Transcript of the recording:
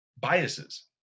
biases